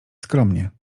skromnie